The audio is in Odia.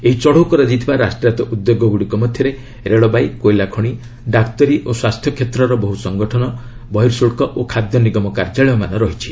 ଏହି ଚଢ଼ଉ କରାଯାଇଥିବା ରାଷ୍ଟ୍ରାୟତ୍ତ ଉଦ୍ୟୋଗଗୁଡ଼ିକ ମଧ୍ୟରେ ରେଳବାଇ କୋଇଲାଖଣି ଡାକ୍ତରୀ ଓ ସ୍ପାସ୍ଥ୍ୟ କ୍ଷେତ୍ରର ବହୁ ସଂଗଠନ ବହିଃଶୁଲ୍କ ଓ ଖାଦ୍ୟନିଗମ କାର୍ଯ୍ୟାଳୟମାନ ରହିଛି